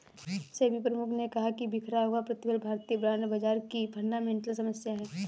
सेबी प्रमुख ने कहा कि बिखरा हुआ प्रतिफल भारतीय बॉन्ड बाजार की फंडामेंटल समस्या है